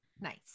Nice